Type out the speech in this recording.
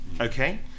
Okay